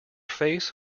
face